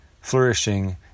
flourishing